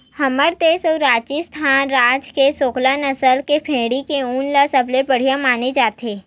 हमर देस अउ राजिस्थान राज म चोकला नसल के भेड़िया के ऊन ल सबले बड़िया माने जाथे